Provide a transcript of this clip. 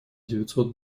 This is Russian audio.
девятьсот